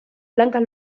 blancas